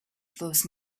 those